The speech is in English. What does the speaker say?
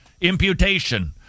Imputation